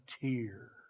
tear